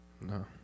No